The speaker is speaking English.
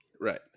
Right